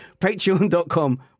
patreon.com